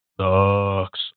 sucks